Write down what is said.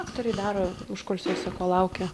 aktoriai daro užkulisiuose kol laukia